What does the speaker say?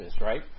right